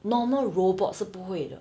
normal robots 是不会的